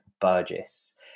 Burgess